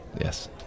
Yes